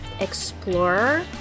Explorer